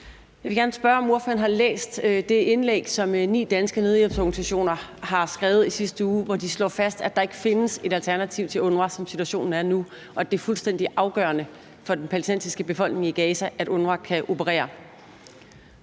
Jeg vil gerne spørge, om ordføreren har læst det indlæg, som ni danske nødhjælpsorganisationer har skrevet i sidste uge, hvor de slår fast, at der ikke findes et alternativ til UNRWA, som situationen er nu, og at det er fuldstændig afgørende for den palæstinensiske befolkning i Gaza, at UNRWA kan operere.